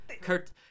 Kurt